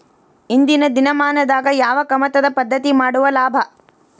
ಇಂದಿನ ದಿನಮಾನದಾಗ ಯಾವ ಕಮತದ ಪದ್ಧತಿ ಮಾಡುದ ಲಾಭ?